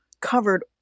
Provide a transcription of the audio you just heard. covered